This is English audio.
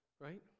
right